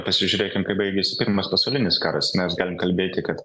pasižiūrėkim kaip baigėsi pirmas pasaulinis karas mes galim kalbėti kad